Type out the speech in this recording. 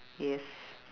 yes